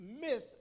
myth